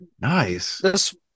nice